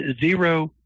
zero